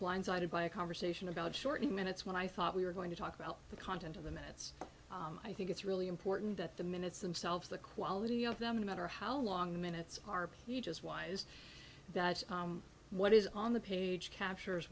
blindsided by a conversation about shortening minutes when i thought we were going to talk about the content of the minutes i think it's really important that the minutes themselves the quality of them matter how long minutes are you just why is that what is on the page captures